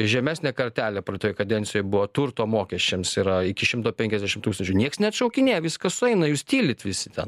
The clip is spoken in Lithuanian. žemesnė kartelė praeitoje kadencijoje buvo turto mokesčiams yra iki šimto penkiasdešim tūkstančių nieks neatšaukinėja viskas sueina jūs tylit visi ten